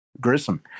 Grissom